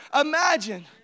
imagine